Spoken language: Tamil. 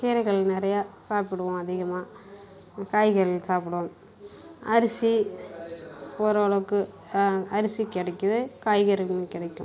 கீரைகள் நிறையா சாப்பிடுவோம் அதிகமாக காய்கள் சாப்பிடுவோம் அரிசி ஒரு ஓரளவுக்கு அரிசி கிடைக்கிது காய்கறிகளும் கிடைக்கும்